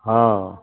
हँ